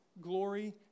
glory